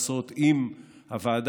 עושות עם הוועדה,